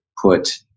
put